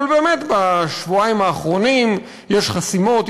אבל באמת בשבועיים האחרונים יש חסימות,